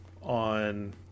on